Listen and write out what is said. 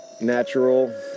Natural